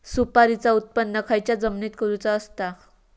सुपारीचा उत्त्पन खयच्या जमिनीत करूचा असता?